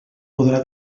podrà